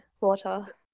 water